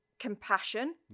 Compassion